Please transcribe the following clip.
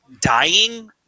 dying